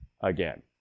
again